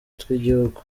tw’igihugu